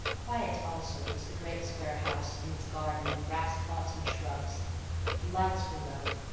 quiet also was the great square house, in its garden of grass-plots and shrubs the lights were low,